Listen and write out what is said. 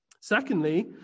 Secondly